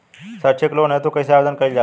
सैक्षणिक लोन हेतु कइसे आवेदन कइल जाला?